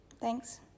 Thanks